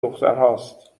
دخترهاست